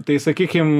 tai sakykim